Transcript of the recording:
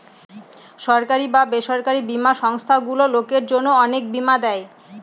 সরকারি বা বেসরকারি বীমা সংস্থারগুলো লোকের জন্য অনেক বীমা দেয়